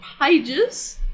pages